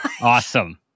Awesome